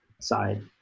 side